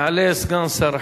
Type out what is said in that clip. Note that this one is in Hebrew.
יעלה סגן שר החינוך,